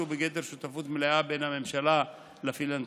שהוא בגדר שותפות מלאה בין הממשלה לפילנתרופיה,